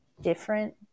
different